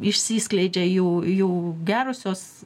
išsiskleidžia jų jų gerosios